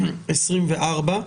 פ/1187/24.